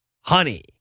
Honey